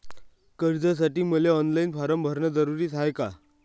कर्जासाठी मले online form भरन जरुरीच हाय का?